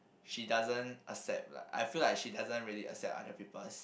she doesn't accept lah I feel like she doesn't really accept other peoples